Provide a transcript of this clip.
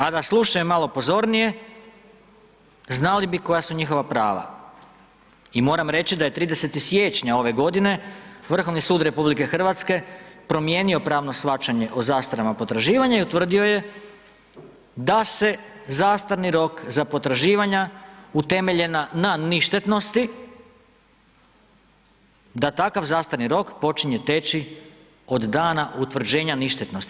A da slušaju malo pozornije znali bi koja su njihova prava i moram reći da je 30. siječnja ove godine Vrhovni sud RH promijenio pravno shvaćanje o zastarama potraživanja i utvrdio je da se zastarni rok za potraživanja utemeljena na ništetnosti, da takav zastarni rok počinje teći od dana utvrđenja ništetnosti.